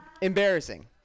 embarrassing